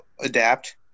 adapt